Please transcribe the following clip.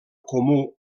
comú